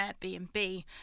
Airbnb